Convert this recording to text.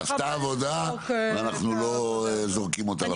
נעשתה עבודה ואנחנו לא זורקים אותה לפח.